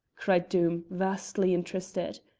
cried doom, vastly interested.